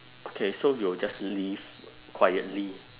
okay so you'll just leave quietly